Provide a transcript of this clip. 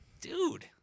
Dude